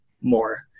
more